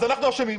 אז אנחנו אשמים.